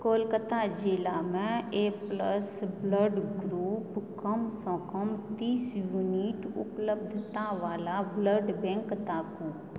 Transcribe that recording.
कोलकता जिलामे A plus blood ग्रुपक कमसँ कम तीस यूनिट उपलब्धतावला ब्लड बैंक ताकू